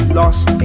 lost